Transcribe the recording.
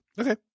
Okay